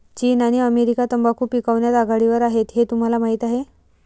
चीन आणि अमेरिका तंबाखू पिकवण्यात आघाडीवर आहेत हे तुम्हाला माहीत आहे